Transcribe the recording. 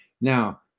now